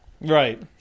Right